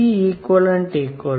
CeqCMCCMC 210 120